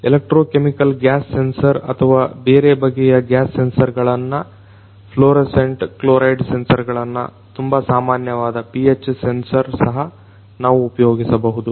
electrochemical gas sensor ಅಥವಾ ಬೇರೆ ಬಗೆಯ ಗ್ಯಾಸ್ ಸೆನ್ಸರ್ಗಳನ್ನ ಫ್ಲೊರೊಸೆಂಟ್ ಕ್ಲೊರೈಡ್ ಸೆನ್ಸರ್ ಗಳನ್ನ ತುಂಬಾ ಸಾಮನ್ಯವಾದ pH ಸೆನ್ಸರ್ ಸಹ ನಾವು ಉಪಯೋಗಿಸಬಹುದು